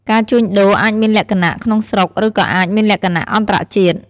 ការជួញដូរអាចមានលក្ខណៈ ក្នុងស្រុក ឬក៏អាចមានលក្ខណៈ អន្តរជាតិ។